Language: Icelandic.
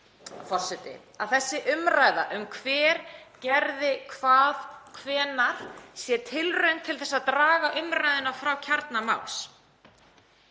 að þessi umræða um hver gerði hvað og hvenær sé tilraun til að draga umræðuna frá kjarna máls.